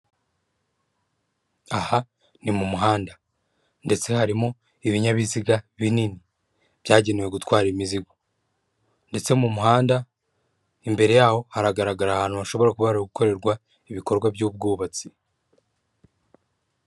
Aha ni mu muhanda, ndetse harimo ibinyabiziga binini byagenewe gutwara imizigo. Ndetse mu muhanda imbere yaho haragaragara ahantu hashobora kuba hari gukorerwa ibikorwa by'ubwubatsi.